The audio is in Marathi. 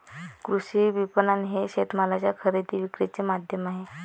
कृषी विपणन हे शेतमालाच्या खरेदी विक्रीचे माध्यम आहे